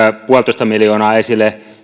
viisi miljoonaa esille